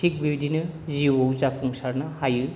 थिक बेबायदिनो जिउआव जाफुंसारनो हायो